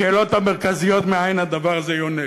השאלות המרכזיות: מאין הדבר הזה יונק?